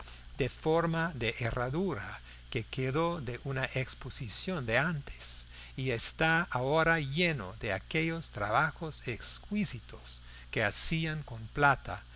de forma de herradura que quedó de una exposición de antes y está ahora lleno de aquellos trabajos exquisitos que hacían con plata